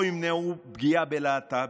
או פגיעה בלהט"בים,